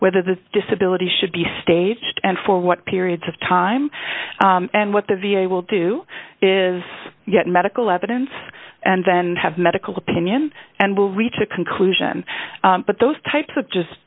whether the disability should be staged and for what periods of time and what the v a will do is get medical evidence and then have medical opinion and will reach a conclusion but those types of just